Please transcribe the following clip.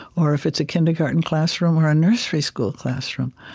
or if it's a kindergarten classroom, or a nursery school classroom,